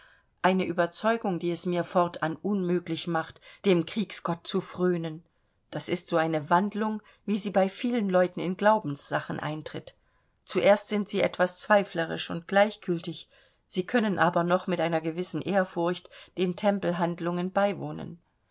eine überzeugung die es mir fortan unmöglich macht dem kriegsgott zu fröhnen das ist so eine wandlung wie sie bei vielen leuten in glaubenssachen eintritt zuerst sind sie etwas zweiflerisch und gleichgültig sie können aber noch mit einer gewissen ehrfurcht den tempelhandlungen beiwohnen